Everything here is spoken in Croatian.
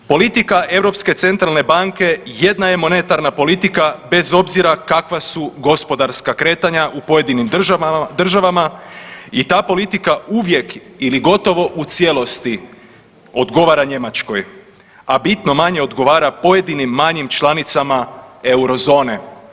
Politika Europske centralne banke jedna je monetarna politika bez obzira kakva su gospodarska kretanja u pojedinim državama i ta politika uvijek ili gotovo u cijelosti odgovara u Njemačkoj, a bitno manje odgovara pojedinim manjim članicama euro zone.